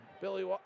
Billy